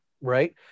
right